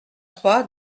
trois